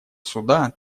суда